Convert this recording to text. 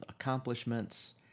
accomplishments